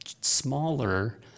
smaller